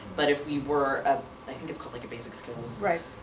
but if we were ah i think it's called like a basic skills. right.